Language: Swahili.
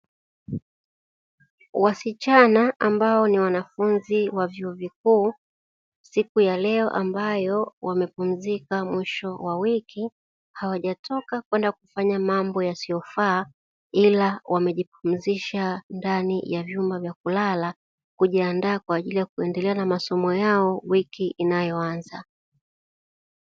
Wasichana ambao ni wanafunzi wa vyuo vikuu, siku ya leo ambayo wamepumzika mwisho wa wiki hawajatoka kwenda kufanya mambo yasiyofaa ila wamejipumzisha ndani ya vyumba vya kulala kujiandaa kwa ajili ya kuendelea na masomo yao wiki inayoanza.